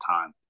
time